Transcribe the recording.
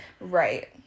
Right